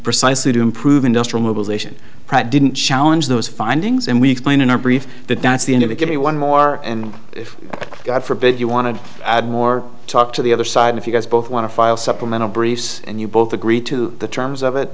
precisely to improve industrial mobilization didn't challenge those findings and we explained in our brief that that's the end of it give me one more and if god forbid you want to add more talk to the other side if you guys both want to supplemental briefs and you both agree to the terms of it